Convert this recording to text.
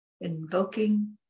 invoking